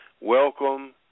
Welcome